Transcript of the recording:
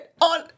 on